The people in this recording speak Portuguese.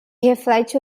reflete